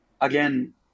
again